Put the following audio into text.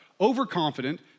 overconfident